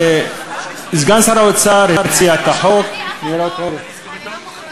וסגן שר האוצר הציע את חוק ניירות ערך.